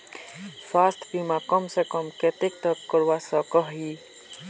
स्वास्थ्य बीमा कम से कम कतेक तक करवा सकोहो ही?